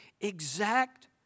exact